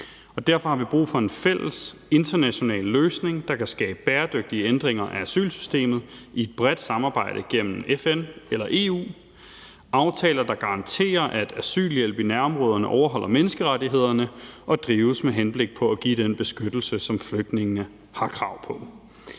Derfor har vi brug for en fælles, international løsning, der kan skabe bæredygtige ændringer af asylsystemet i et bredt samarbejde gennem FN eller EU – aftaler, der garanterer, at asylhjælp i nærområderne overholder menneskerettighederne og drives med henblik på at give den beskyttelse, som flygtningene har krav på.